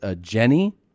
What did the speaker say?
Jenny